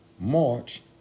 March